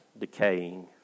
decaying